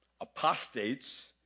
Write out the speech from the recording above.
Apostates